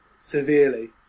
severely